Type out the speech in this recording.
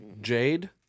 Jade